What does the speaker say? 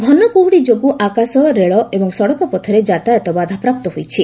ଘନ କୁହ୍ରଡ଼ି ଯୋଗୁଁ ଆକାଶ ରେଳ ଓ ସଡ଼କ ପଥରେ ଯାତ୍ରାୟତ ବାଧାପ୍ରାପ୍ତ ହୋଇଛି